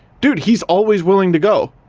dude, he's always willing to go,